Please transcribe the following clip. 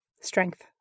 strength